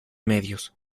medios